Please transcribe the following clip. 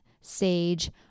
sage